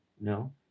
No